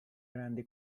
grandi